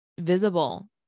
visible